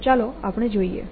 તો ચાલો આપણે તે કરીએ